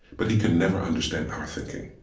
but he can never understand our thinking.